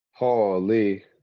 Holy